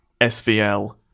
SVL